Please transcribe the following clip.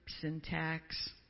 syntax